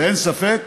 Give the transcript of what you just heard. אין ספק